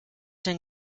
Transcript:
denn